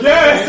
Yes